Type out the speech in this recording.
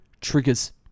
triggers